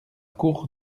cour